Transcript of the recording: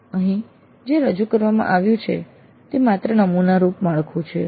અહીં જે રજૂ કરવામાં આવ્યું છે તે માત્ર નમૂનારૂપ માળખું છે